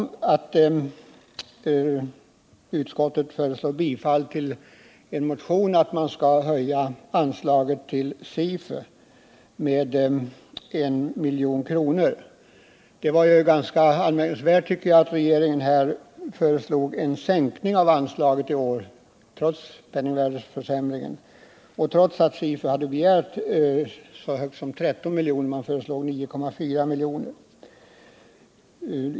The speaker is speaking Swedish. Utskottet föreslår bifall till en motion om att man skall höja anslaget till SIFU med 1 milj.kr. Det var ganska anmärkningsvärt att regeringen i år föreslog en sänkning av anslaget till 9,4 milj.kr., trots penningvärdeförsämringen och trots att SIFU hade begärt hela 13 miljoner.